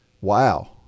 Wow